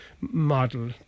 model